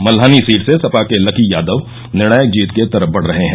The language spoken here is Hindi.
मल्हानी सीट से सपा के लकी यादव निर्णायक जीत के तरफ बढ रहे हैं